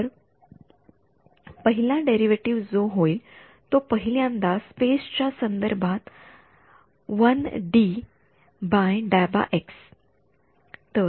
तर पहिला डेरीवेटीव्ह जो होईल तो पहिल्यांदा स्पेस च्या संदर्भात असेल वनडी बाय dx